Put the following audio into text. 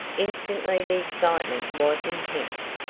instantly the excitement was intense.